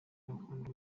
bakunda